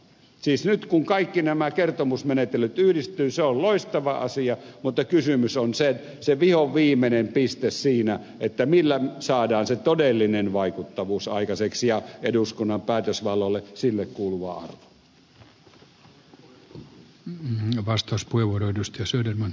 siis nyt kun kaikki nämä kertomusmenettelyt yhdistyvät se on loistava asia mutta se kysymys on se vihoviimeinen piste siinä millä saadaan se todellinen vaikuttavuus aikaiseksi ja eduskunnan päätösvallalle sille kuuluva arvo